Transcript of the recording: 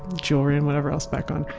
jewelry and whatever else back on,